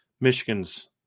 Michigan's